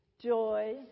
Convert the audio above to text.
joy